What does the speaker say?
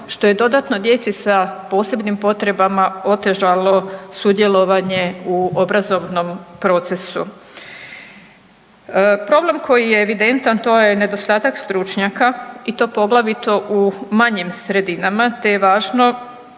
što je dodatno djeci sa posebnim potrebama otežalo sudjelovanje u obrazovnom procesu. Problem koji je evidentan to je nedostatak stručnjaka i to poglavito u manjim sredinama te je važno